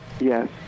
Yes